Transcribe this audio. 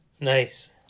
nice